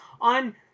on